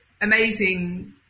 amazing